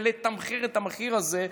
ולתמחר במחיר הזה,